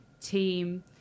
team